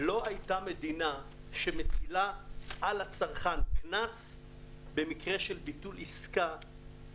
לא הייתה מדינה שהטילה על הצרכן קנס במקרה של ביטול עסקה,